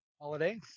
holiday